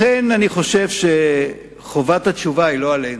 לכן אני חושב שחובת התשובה היא לא עלינו,